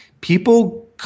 People